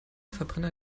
verbrenner